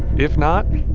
if not,